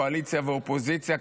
קואליציה ואופוזיציה,